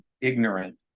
ignorant